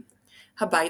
הבית.